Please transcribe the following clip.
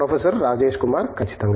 professor Rajesh Kumar ఖచ్చితంగా